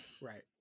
right